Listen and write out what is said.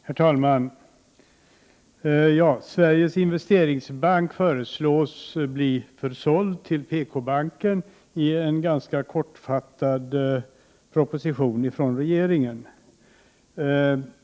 Herr talman! Sveriges Investeringsbank föreslås bli försåld till PKbanken i en ganska kortfattad proposition från regeringen.